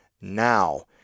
now